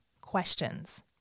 questions